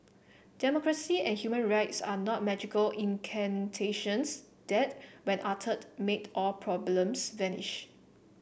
democracy and human rights are not magical incantations that when uttered make all problems vanish